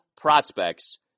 prospects